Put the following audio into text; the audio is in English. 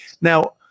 Now